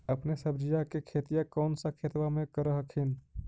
अपने सब्जिया के खेतिया कौन सा खेतबा मे कर हखिन?